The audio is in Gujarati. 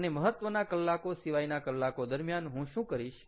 અને મહત્ત્વના કલાકો સિવાયના કલાકો દરમિયાન હું શું કરીશ